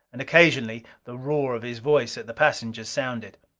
and occasionally the roar of his voice at the passengers, sounded.